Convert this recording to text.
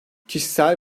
kişisel